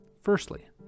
Firstly